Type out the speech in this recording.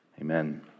amen